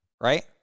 right